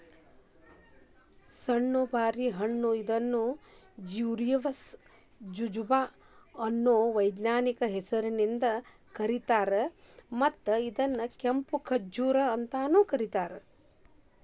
ಸಣ್ಣು ಬಾರಿ ಹಣ್ಣ ಇದನ್ನು ಜಿಝಿಫಸ್ ಜುಜುಬಾ ಅನ್ನೋ ವೈಜ್ಞಾನಿಕ ಹೆಸರಿಂದ ಕರೇತಾರ, ಮತ್ತ ಇದನ್ನ ಕೆಂಪು ಖಜೂರ್ ಅಂತಾನೂ ಕರೇತಾರ